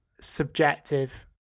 subjective